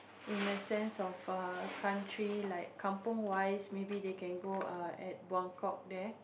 in the sense of country like Kampung wise maybe they can go at Buangkok there